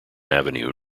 avenue